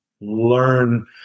learn